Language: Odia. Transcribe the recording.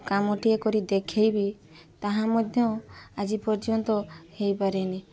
କାମ ଟିଏ କରି ଦେଖେଇବି ତାହା ମଧ୍ୟ ଆଜି ପର୍ଯ୍ୟନ୍ତ ହେଇପାରିନି